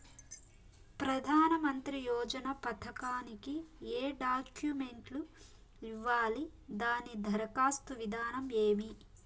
ప్రధానమంత్రి యోజన పథకానికి ఏ డాక్యుమెంట్లు ఇవ్వాలి దాని దరఖాస్తు విధానం ఏమి